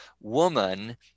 woman